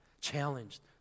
challenged